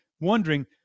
wondering